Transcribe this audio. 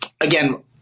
Again